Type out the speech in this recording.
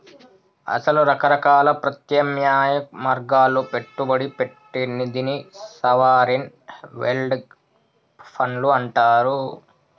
అసలు రకరకాల ప్రత్యామ్నాయ మార్గాల్లో పెట్టుబడి పెట్టే నిధిని సావరిన్ వెల్డ్ ఫండ్లు అంటారు